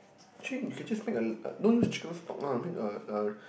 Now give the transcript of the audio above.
actually you can just make a a don't use chicken stock lah make a a